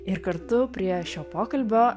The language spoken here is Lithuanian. ir kartu prie šio pokalbio